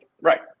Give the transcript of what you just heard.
Right